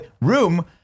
room